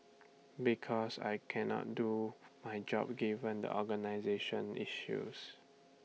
because I cannot do my job given the organisational issues